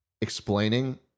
explaining